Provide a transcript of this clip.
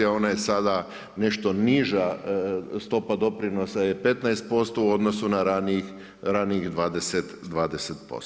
A ona je sada nešto niža stopa doprinosa je 15% u odnosu na ranijih 20%